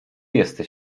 jesteś